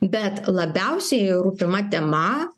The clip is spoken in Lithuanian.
bet labiausiai rūpima tema